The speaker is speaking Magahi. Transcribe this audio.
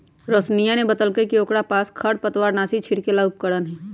रोशिनीया ने बतल कई कि ओकरा पास खरपतवारनाशी छिड़के ला उपकरण हई